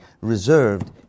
reserved